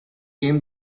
came